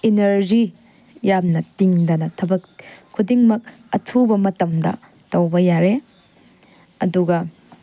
energy ꯌꯥꯝꯅ ꯇꯤꯡꯗꯅ ꯊꯕꯛ ꯈꯨꯗꯤꯡꯃꯛ ꯑꯊꯨꯕ ꯃꯇꯝꯗ ꯇꯧꯕ ꯌꯥꯔꯦ ꯑꯗꯨꯒ